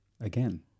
again